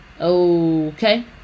Okay